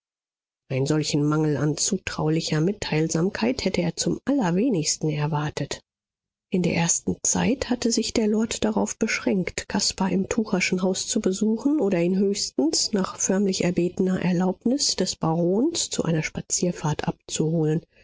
einen solchen mangel an zutraulicher mitteilsamkeit hätte er zum allerwenigsten erwartet in der ersten zeit hatte sich der lord darauf beschränkt caspar im tucherschen haus zu besuchen oder ihn höchstens nach förmlich erbetener erlaubnis des barons zu einer spazierfahrt abzuholen